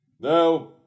Now